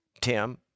Tim